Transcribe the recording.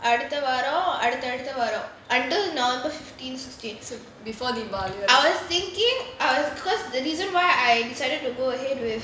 அடுத்த வாரம் அடுத்த அடுத்த வாரம்:adutha vaaram adutha adutha vaaram under november fifteen sixteen I was thinking I was because the reason why I decided to go ahead with